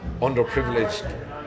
underprivileged